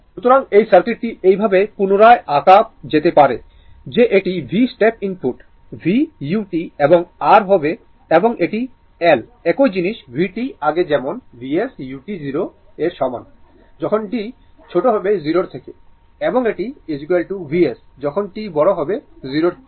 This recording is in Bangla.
সুতরাং এই সার্কিটটি এইভাবে পুনরায় আঁকা যেতে পারে যে এটি V step input V u এবং r হবে এবং এটি L একই জিনিসে vt আগে যেমন Vs u 0 এর সমান যখন t ছোট হবে 0 এর থেকে এবং এটি Vs যখন t বড় হবে 0 এর থেকে